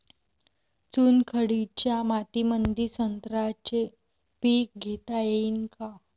चुनखडीच्या मातीमंदी संत्र्याचे पीक घेता येईन का?